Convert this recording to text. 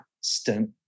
stint